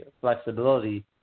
flexibility